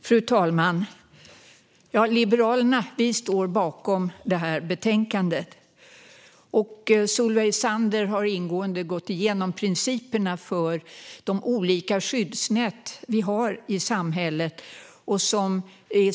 Fru talman! Liberalerna står bakom betänkandet. Solveig Zander har ingående gått igenom principerna för de olika skyddsnät vi har i samhället, så jag går inte in på detaljerna i detta.